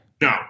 No